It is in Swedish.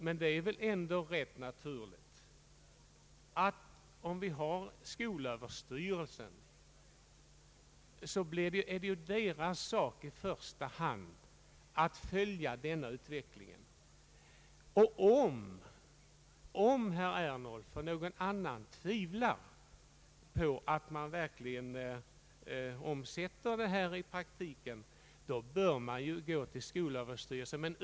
Men det är väl ändå rätt naturligt, herr Ernulf, att det i första hand är skolöverstyrelsens sak att följa denna utveckling. Om herr Ernulf och någon annan tvivlar på att skolstadga och läroplan verkligen omsätts i praktiken, då bör en framställning göras till skolöverstyrelsen.